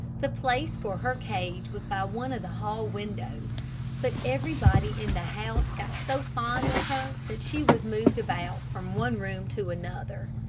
the place for her cage was by one of the hall windows but everybody in the house got so fond of her that she was moved about from one room to another.